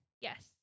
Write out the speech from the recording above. Yes